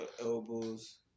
elbows